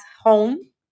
home